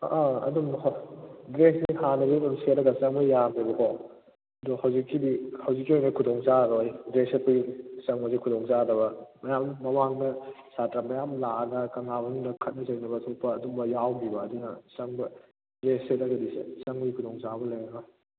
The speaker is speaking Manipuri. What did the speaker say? ꯑꯥ ꯑꯗꯨꯝ ꯍꯥ ꯗ꯭ꯔꯦꯁꯁꯦ ꯍꯥꯟꯅꯒꯤꯗ ꯑꯗꯨꯝ ꯁꯦꯠꯂꯒ ꯆꯪꯕ ꯌꯥꯔꯝꯃꯦꯕꯀꯣ ꯑꯗꯨ ꯍꯧꯖꯤꯛꯀꯤꯗꯤ ꯍꯧꯖꯤꯛꯀꯤ ꯑꯣꯏꯅ ꯈꯨꯗꯣꯡ ꯆꯥꯔꯔꯣꯏ ꯗ꯭ꯔꯦꯁ ꯁꯦꯠꯄꯤ ꯆꯪꯕꯗꯤ ꯈꯨꯗꯣꯡ ꯆꯥꯗꯕ ꯃꯌꯥꯝ ꯃꯃꯥꯡꯗ ꯁꯥꯇ꯭ꯔ ꯃꯌꯥꯝ ꯂꯥꯛꯑꯒ ꯀꯪꯂꯥ ꯃꯅꯨꯡꯗ ꯈꯠꯅ ꯆꯩꯅꯕ ꯊꯣꯛꯄ ꯑꯗꯨꯒꯨꯝꯕ ꯌꯥꯎꯈꯤꯌꯦꯕ ꯑꯗꯨꯅ ꯆꯪꯕ ꯗ꯭ꯔꯦꯁ ꯁꯦꯠꯂꯒꯗꯤ ꯆꯪꯕꯒꯤ ꯈꯨꯗꯣꯡꯆꯥꯕ ꯂꯩꯔꯔꯣꯏ